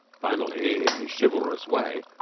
finally, in his chivalrous way,